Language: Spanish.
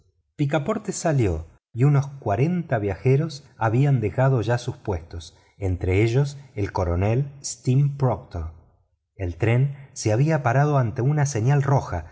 picaporte salió y unos cuarenta viajeros habían dejado ya sus puestos entre ellos el coronel steam proctor el tren se había parado ante una señal roja